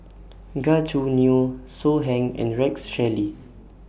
Gan Choo Neo So Heng and Rex Shelley